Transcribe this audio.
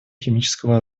химического